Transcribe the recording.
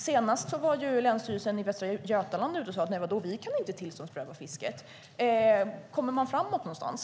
Senast var Länsstyrelsen i Västra Götaland ute och sade att de inte kunde tillståndspröva fisket. Kommer man framåt någonstans?